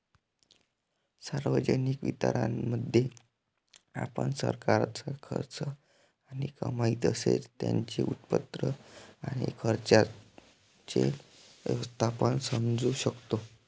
सार्वजनिक वित्तामध्ये, आपण सरकारचा खर्च आणि कमाई तसेच त्याचे उत्पन्न आणि खर्चाचे व्यवस्थापन समजू शकतो